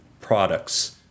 products